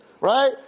Right